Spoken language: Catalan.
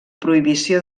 prohibició